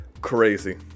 crazy